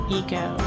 ego